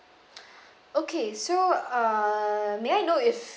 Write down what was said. okay so uh may I know if